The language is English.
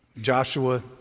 Joshua